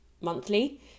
monthly